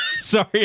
sorry